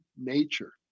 nature